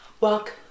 Walk